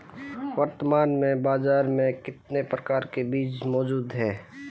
वर्तमान में बाज़ार में कितने प्रकार के बीमा मौजूद हैं?